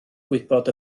gwybod